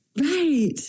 Right